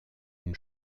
une